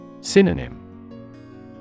Synonym